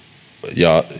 ja